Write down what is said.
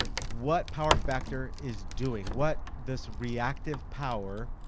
what power factor is doing what this reactive power